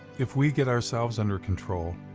if we get ourselves under control,